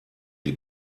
die